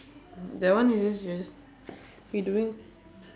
that one is just you're just you doing